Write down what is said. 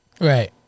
Right